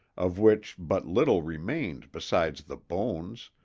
of which but little remained besides the bones,